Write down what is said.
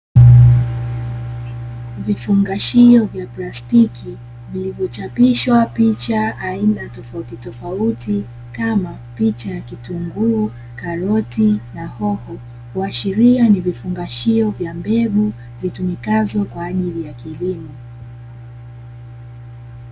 Vifuugashio vya plasitiki, vilivyochapishwa picha aina tofautitofauti, kama picha ya kitunguu, karoti na hoho, kuashiria ni vifungashio vya mbegu zitumikazo kwa ajili ya kilimo.